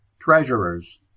TREASURERS